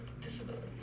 disability